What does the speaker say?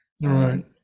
right